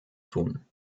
tun